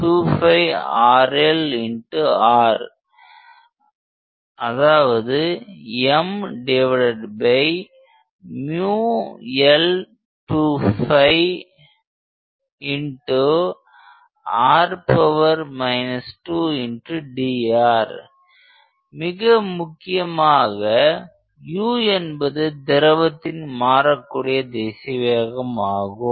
M dudr2 rLr ML2r 2dr மிக முக்கியமாக u என்பது திரவத்தின் மாறக்கூடிய திசைவேகம் ஆகும்